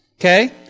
okay